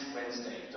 Wednesday